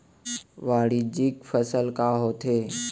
वाणिज्यिक फसल का होथे?